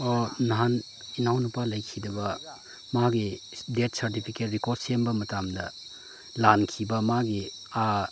ꯅꯍꯥꯟ ꯏꯅꯥꯎ ꯅꯨꯄꯥ ꯂꯩꯈꯤꯗꯕ ꯃꯥꯒꯤ ꯗꯦꯠ ꯁꯥꯔꯇꯤꯐꯤꯀꯦꯠ ꯔꯦꯀꯣꯔꯠ ꯁꯦꯝꯕ ꯃꯇꯝꯗ ꯂꯥꯟꯈꯤꯕ ꯃꯥꯒꯤ